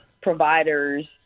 providers